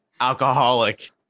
Alcoholic